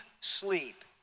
sleep